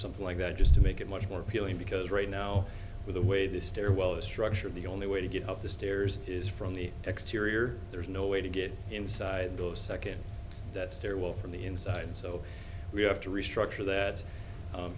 something like that just to make it much more appealing because right now with the way the stairwell the structure the only way to get up the stairs is from the exterior there's no way to get inside those second that stairwell from the inside so we have to restructure that